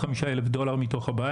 אני מצטער, לא כרגע.